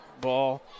ball